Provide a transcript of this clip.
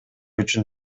үчүн